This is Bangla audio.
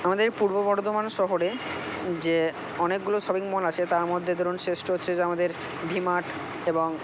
আমাদের পূর্ব বর্ধমান শহরে যে অনেকগুলো শপিং মল আছে তার মধ্যে ধরুন শ্রেষ্ঠ হচ্ছে যে আমাদের ভি মার্ট এবং